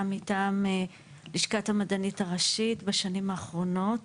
מטעם לשכת המדענית הראשית בשנים האחרונות.